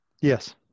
Yes